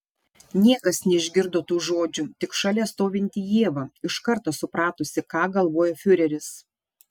niekas neišgirdo tų žodžių tik šalia stovinti ieva iš karto supratusi ką galvoja fiureris